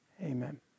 Amen